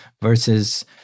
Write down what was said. versus